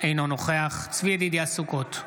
אינו נוכח צבי ידידיה סוכות,